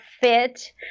fit